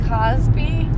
Cosby